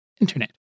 Internet